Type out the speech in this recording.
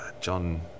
John